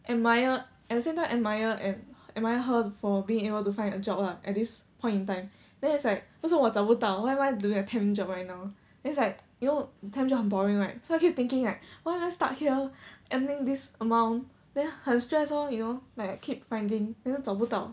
admire at the same time admire and admire her for being able to find a job lah at this point in time then it's like 为什么我找不到 why am I doing a temp job right now it's like you temp job 很 boring right so I keep thinking like why am I stuck here and making this amount then 很 stress lor you know like I keep finding then 都找不到